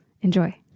Enjoy